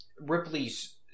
Ripley's